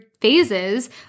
phases